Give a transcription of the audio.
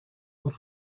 what